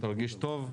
תרגיש טוב.